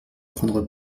prendre